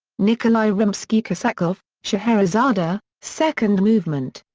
nikolai rimsky-korsakov scheherazade, ah second movement.